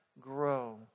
grow